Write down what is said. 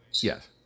yes